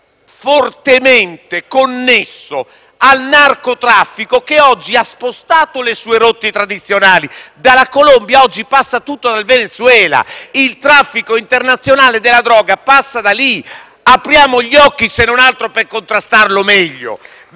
è fortemente connesso al narcotraffico, il quale ha spostato le sue rotte tradizionali e dalla Colombia, oggi passa tutto dal Venezuela. Il traffico internazionale della droga passa da lì: apriamo gli occhi, se non altro per contrastarlo meglio!